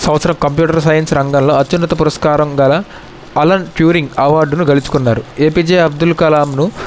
సంవత్సరం computer science రంగంలో అత్యున్నత పురస్కారం గల అలన్ ట్యూరింగ్ అవార్డును గెలుచుకున్నారు ఏపీజే అబ్దుల్ కలాంను